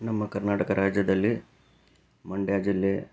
ನಮ್ಮ ಕರ್ನಾಟಕ ರಾಜ್ಯದಲ್ಲಿ ಮಂಡ್ಯ ಜಿಲ್ಲೆ